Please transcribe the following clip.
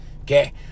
okay